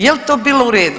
Je li to bilo u redu?